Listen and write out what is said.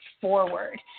forward